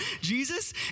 Jesus